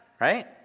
right